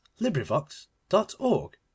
LibriVox.org